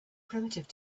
primitive